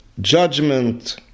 judgment